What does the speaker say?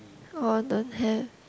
oh don't have